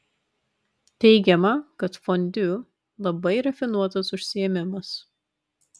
teigiama kad fondiu labai rafinuotas užsiėmimas